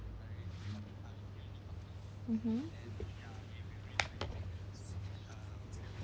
mmhmm